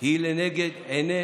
היא לנגד עיני